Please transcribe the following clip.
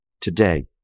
today